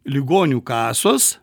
ligonių kasos